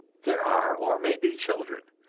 there are or may be children,